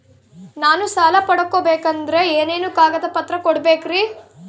ನಾನು ಸಾಲ ಪಡಕೋಬೇಕಂದರೆ ಏನೇನು ಕಾಗದ ಪತ್ರ ಕೋಡಬೇಕ್ರಿ?